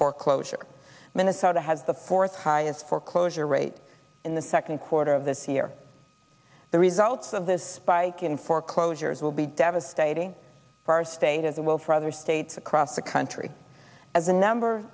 foreclosure minnesota has the fourth highest foreclosure rate in the second quarter of this year the results of this spike in foreclosures will be devastating for our state as well for other states across the country as the number